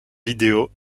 vidéo